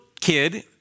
kid